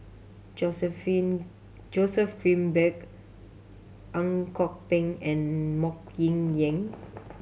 Joseph Joseph Grimberg Ang Kok Peng and Mok Kin Ying